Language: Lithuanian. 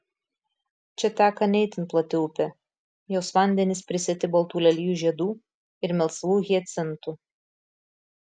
čia teka ne itin plati upė jos vandenys prisėti baltų lelijų žiedų ir melsvų hiacintų